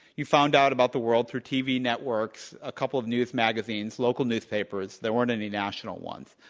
you found out about the world through tv networks, a couple of news magazines, local newspapers. there weren't any national ones.